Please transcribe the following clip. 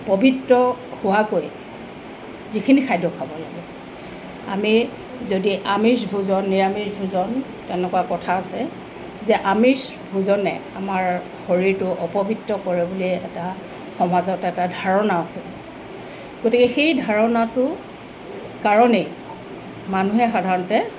পৱিত্ৰ হোৱাকৈ যিখিনি খাদ্য খাব লাগে আমি যদি আমিষ ভোজন নিৰামিষ ভোজন তেনেকুৱা কথা আছে যে আমিষ ভোজনে আমাৰ শৰীৰটো অপৱিত্ৰ কৰে বুলিয়ে এটা সমাজত এটা ধাৰণা আছে গতিকে সেই ধাৰণাটো কাৰণেই মানুহে সাধাৰণতে